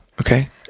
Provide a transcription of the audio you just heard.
Okay